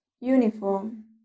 uniform